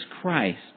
Christ